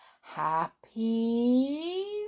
Happy